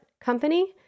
company